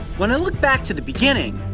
when i look back to the beginning,